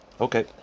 okay